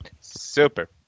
super